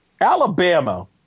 Alabama